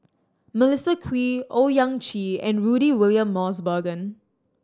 Melissa Kwee Owyang Chi and Rudy William Mosbergen